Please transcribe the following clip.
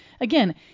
Again